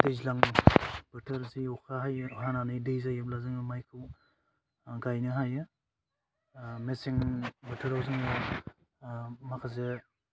दैज्लां बोथोर जि अखा हायो हानानै दै जायोब्ला जोङो मायखौ गायनो हायो मेसें बोथोराव जोङो माखासे